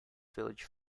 village